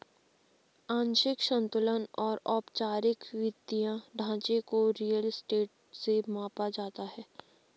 आंशिक संतुलन और औपचारिक वित्तीय ढांचे को रियल स्टेट से मापा जाता है